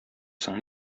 соң